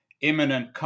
imminent